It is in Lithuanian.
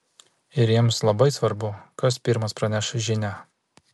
ir jiems labai svarbu kas pirmas praneš žinią